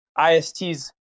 IST's